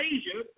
Asia